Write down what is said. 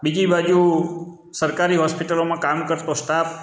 બીજી બાજુ સરકારી હોસ્પિટલોમાં કામ કરતો સ્ટાફ